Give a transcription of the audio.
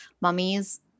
mummies